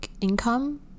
income